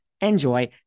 enjoy